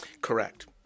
Correct